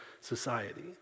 society